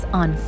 on